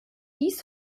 dies